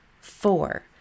Four